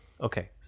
okay